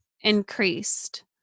increased